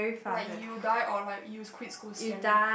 like you die or like you quit school scary